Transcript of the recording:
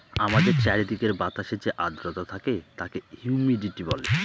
আমাদের চারিদিকের বাতাসে যে আদ্রতা থাকে তাকে হিউমিডিটি বলে